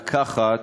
אפשר לקחת